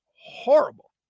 horrible